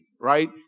right